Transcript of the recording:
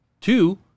Two